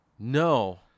No